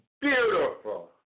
beautiful